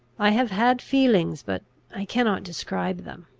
i have had feelings, but i cannot describe them.